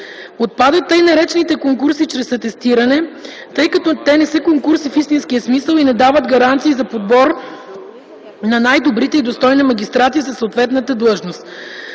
Отпадат така наречените конкурси чрез атестиране, тъй като те не са конкурси в истинския смисъл и не дават гаранции за подбор на най-добрите и достойни магистрати за съответната длъжност.